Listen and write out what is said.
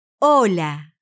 Hola